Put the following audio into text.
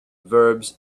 verbs